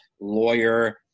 lawyer